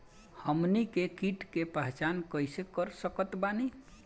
हमनी के कीट के पहचान कइसे कर सकत बानी?